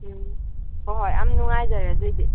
ꯎꯝ ꯍꯣꯏ ꯍꯣꯏ ꯌꯥꯝ ꯅꯨꯡꯉꯥꯏꯖꯔꯦ ꯑꯗꯨꯑꯣꯏꯗꯤ